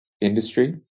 industry